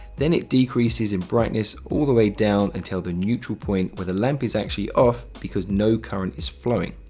then it decreases in brightness all the way down until the neutral point, where the lamp is actually off, because no current is flowing.